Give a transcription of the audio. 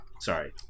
Sorry